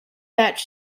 that